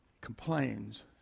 complains